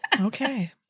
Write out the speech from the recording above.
Okay